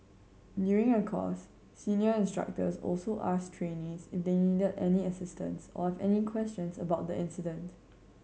during a course senior instructors also asked trainees if they needed any assistance or any questions about the incident